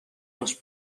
les